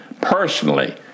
personally